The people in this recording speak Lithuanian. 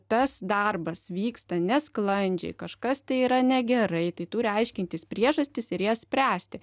tas darbas vyksta nesklandžiai kažkas tai yra negerai tai turi aiškintis priežastis ir jas spręsti